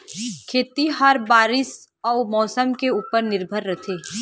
खेती ह बारीस अऊ मौसम के ऊपर निर्भर रथे